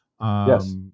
Yes